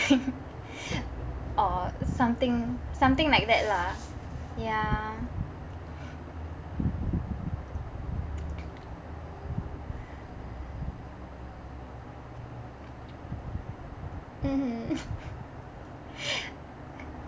or something something like that lah ya mmhmm